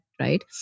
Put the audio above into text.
right